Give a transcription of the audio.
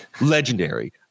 legendary